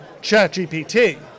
ChatGPT